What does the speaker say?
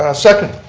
ah second,